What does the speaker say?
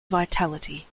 vitality